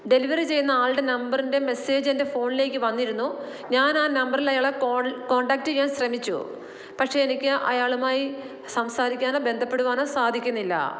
delivery ചെയ്യുന്ന ആളുടെ നമ്പറിൻ്റെ മെസ്സേജ് എൻ്റെ ഫോണിലേക്ക് വന്നിരുന്നു ഞാൻ ആ നമ്പറിൽ അയാളെ കോൺടാക്ട് ചെയ്യാൻ ശ്രമിച്ചു പക്ഷേ എനിക്ക് അയാളുമായി സംസാരിക്കാനോ ബന്ധപ്പെടുവാനോ സാധിക്കുന്നില്ല